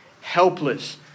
Helpless